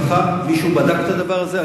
מישהו בדק את הדבר הזה?